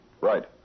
Right